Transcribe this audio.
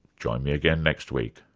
join me again next week.